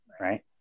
right